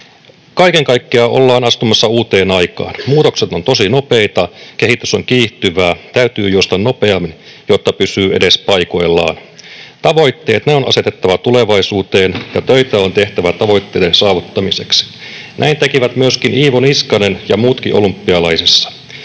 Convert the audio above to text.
Kaiken kaikkiaan ollaan astumassa uuteen aikaan. Muutokset ovat tosi nopeita, kehitys on kiihtyvää. Täytyy juosta nopeammin, jotta pysyy edes paikoillaan. Tavoitteet on asetettava tulevaisuuteen, ja töitä on tehtävä tavoitteiden saavuttamiseksi. Näin tekivät myöskin Iivo Niskanen ja muutkin olympialaisissa.